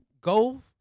go